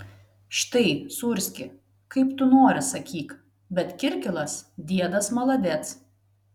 štai sūrski kaip tu nori sakyk bet kirkilas diedas maladec